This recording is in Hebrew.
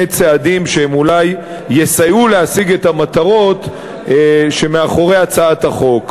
צעדים שאולי יסייעו להשיג את המטרות שמאחורי הצעת החוק.